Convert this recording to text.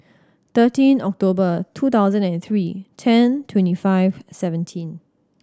thirteen October two thousand and three ten twenty five seventeen